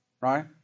right